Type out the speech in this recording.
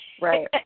Right